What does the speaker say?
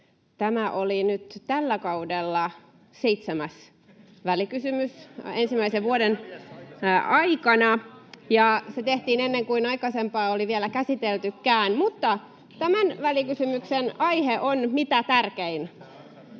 tämä oli nyt tällä kaudella seitsemäs välikysymys ensimmäisen vuoden aikana, ja se tehtiin ennen kuin aikaisempaa oli vielä käsiteltykään. Mutta tämän välikysymyksen aihe on mitä tärkein.